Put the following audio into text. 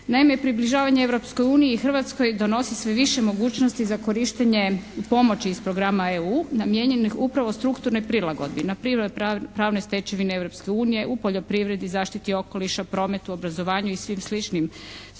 Naime približavanje Europskoj uniji i Hrvatskoj donosi sve više mogućnosti za korištenje pomoći iz programa EU namijenjenih upravo strukturnoj prilagodbi na … /Govornik se ne razumije./ … pravne stečevine Europske unije u poljoprivredi, zaštiti okoliša, prometu, obrazovanju i svim sličnim sferama.